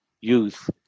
youth